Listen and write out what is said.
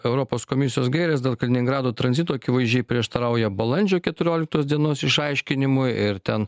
europos komisijos gairės dėl kaliningrado tranzito akivaizdžiai prieštarauja balandžio keturioliktos dienos išaiškinimui ir ten